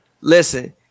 Listen